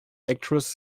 actress